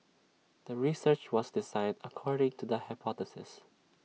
the research was designed according to the hypothesis